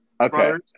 Okay